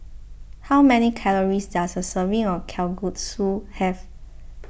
how many calories does a serving of Kalguksu have